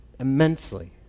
immensely